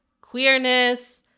queerness